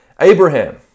Abraham